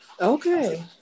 Okay